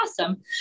awesome